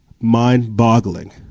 mind-boggling